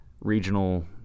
regional